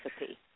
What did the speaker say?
recipe